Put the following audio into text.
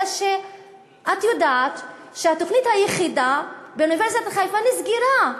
אלא שאת יודעת שהתוכנית היחידה באוניברסיטת חיפה נסגרה.